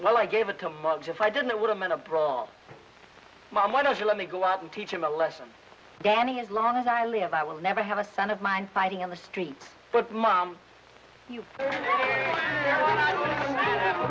well i gave it to mulch if i don't know what i'm in a brawl it's mom why don't you let me go out and teach him a lesson danny as long as i live i will never have a son of mine fighting in the street but mom you